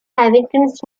hawkins